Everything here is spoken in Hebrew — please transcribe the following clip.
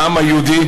העם היהודי,